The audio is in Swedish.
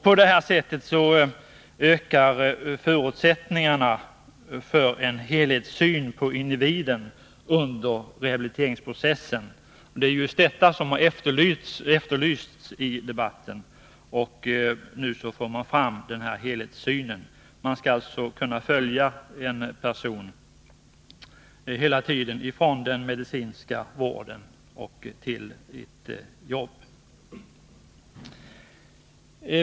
På det sättet ökas förutsättningarna för en helhetssyn på individen under rehabiliteringsprocessen, och det är just det som har efterlysts i debatten. Nu får man alltså denna helhetssyn. Man skall kunna följa en person hela tiden — från den medicinska vården till ett jobb.